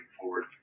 forward